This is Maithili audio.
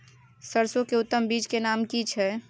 सरसो के उत्तम बीज के नाम की छै?